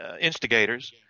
instigators